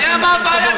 אתה יודע מה הבעיה,